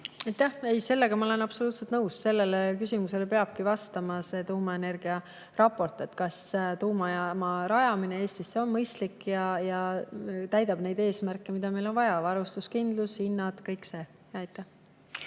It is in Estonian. Sellega ma olen absoluutselt nõus. Sellele küsimusele peabki vastama see tuumaenergia raport, kas tuumajaama rajamine Eestisse on mõistlik ja täidab neid eesmärke, mida meil on vaja – varustuskindlus, hinnad, kõik see. Mart